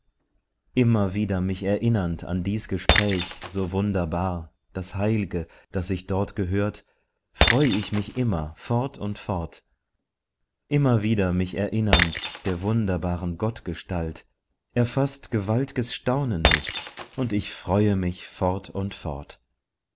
immer wieder mich erinnernd an dies gespräch so wunderbar das heil'ge das ich dort gehört freu ich mich immer fort und fort immer wieder mich erinnernd der wunderbaren gottgestalt erfaßt gewalt'ges staunen mich und ich freue mich fort und fort